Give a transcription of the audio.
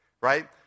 right